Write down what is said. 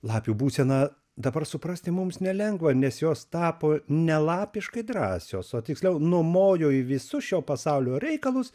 lapių būseną dabar suprasti mums nelengva nes jos tapo nelapiškai drąsios o tiksliau numojo į visus šio pasaulio reikalus